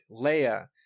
Leia